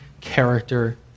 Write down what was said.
character